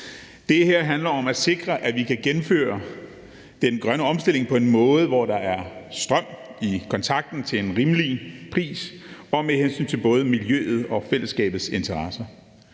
Det her handler om at sikre, at vi kan gennemføre den grønne omstilling på en måde, hvor der er strøm i kontakten til en rimelig pris, og med hensyn til både miljøet og fællesskabets interesser.